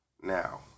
Now